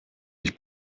dich